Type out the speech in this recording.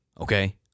Okay